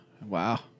Wow